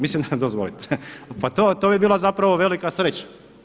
Mislim dozvoliti, pa to bi bilo zapravo velika sreća.